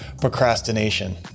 procrastination